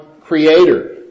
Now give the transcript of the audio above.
creator